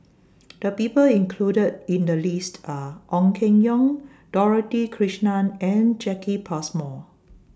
The People included in The list Are Ong Keng Yong Dorothy Krishnan and Jacki Passmore